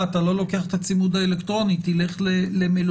שאם אתה לא לוקח את הצימוד האלקטרוני תלך למלונית,